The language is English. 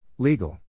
Legal